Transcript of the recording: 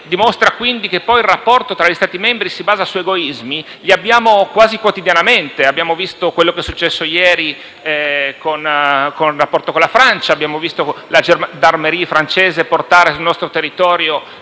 e quindi che poi il rapporto tra gli Stati membri si basa su egoismi, li abbiamo quasi quotidianamente: abbiamo visto quello che è successo ieri nel rapporto con la Francia; abbiamo visto la Gendarmeria francese portare sul nostro territorio